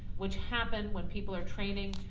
which happened when people are training,